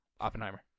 Oppenheimer